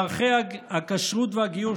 מערכי הכשרות והגיור,